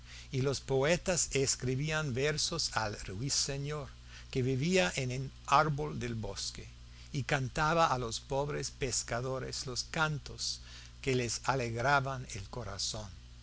y los poetas escribían versos al ruiseñor que vivía en un árbol del bosque y cantaba a los pobres pescadores los cantos que les alegraban el corazón